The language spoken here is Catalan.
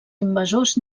invasors